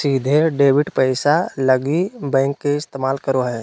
सीधे डेबिट पैसा लगी बैंक के इस्तमाल करो हइ